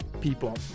people